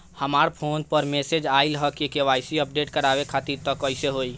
हमरा फोन पर मैसेज आइलह के.वाइ.सी अपडेट करवावे खातिर त कइसे होई?